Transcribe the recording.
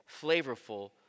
flavorful